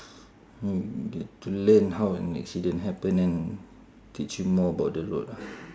to learn how an accident happen and teach you more about the road ah